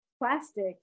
plastic